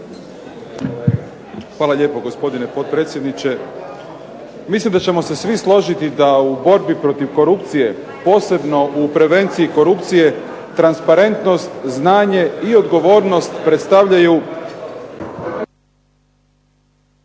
Hvala lijepo, gospodine potpredsjedniče. Mislim da ćemo se svi složiti da u borbi protiv korupcije, posebno u prevenciji korupcije, transparentnost, znanje i odgovornost predstavljaju